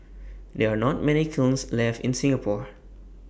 there are not many kilns left in Singapore